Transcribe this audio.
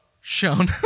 shown